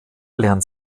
lernt